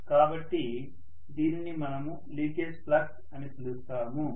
కాబట్టి దీనిని మనము లీకేజ్ ఫ్లక్స్ అని పిలుస్తాము